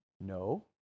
No